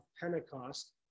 Pentecost